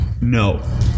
No